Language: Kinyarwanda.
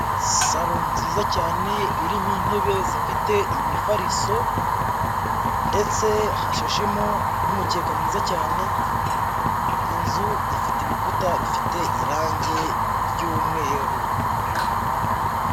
Salo nziza cyane irimo intebe zifite imifariso ndetse hashashemo n'umukeka mwiza cyane, inzu ifite ibikuta bifite irange ry'umweru.